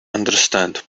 understand